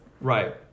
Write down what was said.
Right